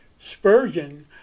Spurgeon